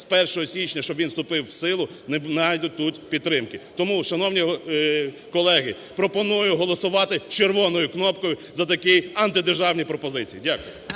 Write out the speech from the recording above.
з 1 січня, щоб він вступив в силу, не знайдуть тут підтримки. Тому, шановні колеги, пропоную голосувати червоною кнопкою за такі антидержавні пропозиції. Дякую.